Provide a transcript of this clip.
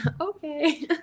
okay